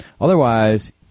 Otherwise